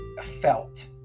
felt